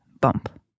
bump